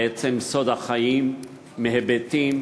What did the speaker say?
בעצם סוד החיים מהיבטים